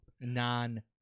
non